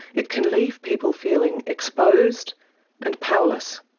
it can leave people feeling exposed and powerless.